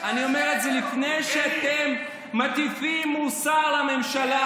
אני אומר את זה לפני שאתם מטיפים מוסר לממשלה,